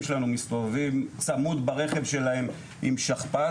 שלנו מסתובבים צמוד ברכב שלהם עם שכפ"צ,